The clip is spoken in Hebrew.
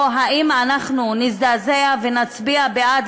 או האם אנחנו נזדעזע ונצביע בעד,